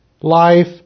Life